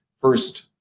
first